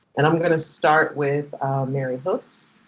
and i'm gonna start with mary hooks.